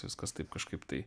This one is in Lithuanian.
viskas taip kažkaip tai